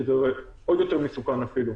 שזה אפילו יותר מסוכן.